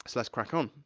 so let's crack on.